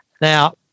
Now